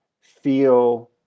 feel